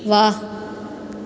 वाह